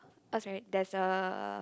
oh sorry there's a